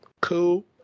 Cool